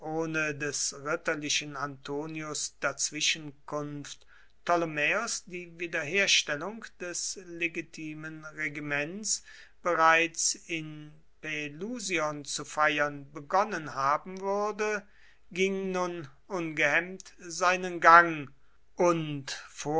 des ritterlichen antonius dazwischenkunft ptolemaeos die wiederherstellung des legitimen regiments bereits in pelusion zu feiern begonnen haben würde ging nun ungehemmt seinen gang und